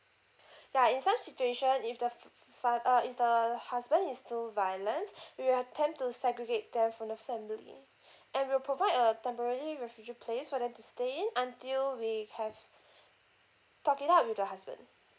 ya in some situation if the f~ f~ fa~ uh if the husband is too violence we'll attempt to segregate them from the family and we'll provide a temporary refugee place for them to stay in until we have talk it out with the husband